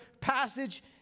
passage